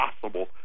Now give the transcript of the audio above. possible